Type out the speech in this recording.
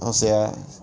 how to say ah